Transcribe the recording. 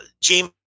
James